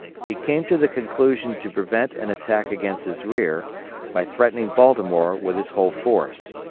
he came to the conclusion to prevent an attack against his rear by threatening baltimore with his whole force.